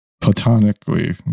platonically